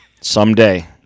Someday